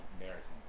embarrassing